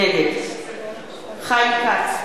נגד חיים כץ,